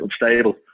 unstable